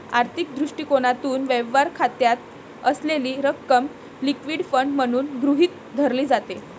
आर्थिक दृष्टिकोनातून, व्यवहार खात्यात असलेली रक्कम लिक्विड फंड म्हणून गृहीत धरली जाते